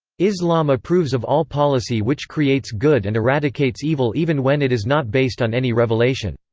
islam approves of all policy which creates good and eradicates evil even when it is not based on any revelation.